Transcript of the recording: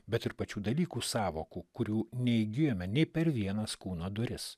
bet ir pačių dalykų sąvokų kurių neįgijome nei per vienas kūno duris